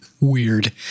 weird